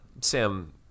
Sam